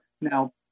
Now